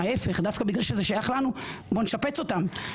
ההיפך, דווקא בגלל שזה שייך לנו, בואו נשפץ אותם.